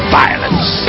violence